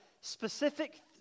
specific